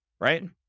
right